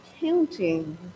counting